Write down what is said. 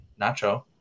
Nacho